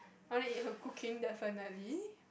wanna eat her cooking definitely